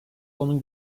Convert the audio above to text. onu